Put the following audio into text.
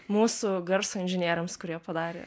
mūsų garso inžinieriams kurie padarė